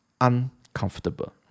uncomfortable